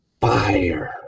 fire